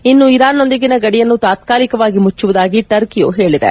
ಇನ್ನು ಇರಾನ್ನೊಂದಿಗಿನ ಗಡಿಯನ್ನು ತಾತ್ಕಾಲಿಕವಾಗಿ ಮುಚ್ಚುವುದಾಗಿ ಟರ್ಕಿಯೂ ಹೇಳಿದೆ